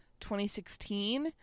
2016